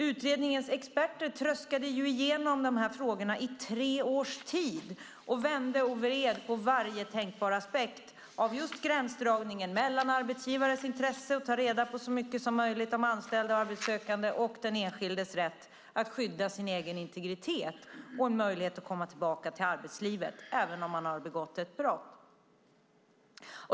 Utredningens experter tröskade ju igenom de här frågorna i tre års tid och vände och vred på varje tänkbar aspekt av just gränsdragningen mellan arbetsgivares intresse av att ta reda på så mycket som möjligt om anställda och arbetssökande och den enskildes rätt att skydda sin egen integritet liksom möjligheten att komma tillbaka till arbetslivet även om man har begått ett brott.